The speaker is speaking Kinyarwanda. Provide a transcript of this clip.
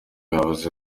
yavuze